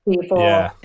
people